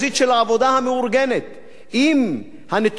הנתונים מדברים על כ-3 מיליון עובדים.